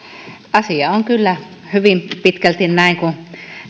asia on kyllä hyvin pitkälti näin kuin